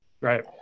Right